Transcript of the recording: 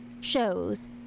shows